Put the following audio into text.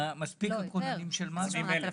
מספיקים הכוננים של מד"א?